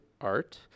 art